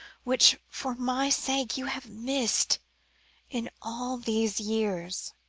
which, for my sake, you have missed in all these years.